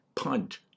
Punt